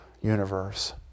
universe